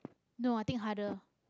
no i think harder